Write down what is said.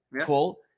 cool